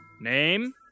Name